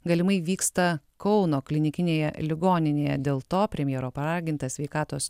galimai vyksta kauno klinikinėje ligoninėje dėl to premjero paragintas sveikatos